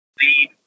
lead